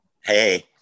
Hey